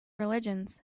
religions